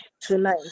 tonight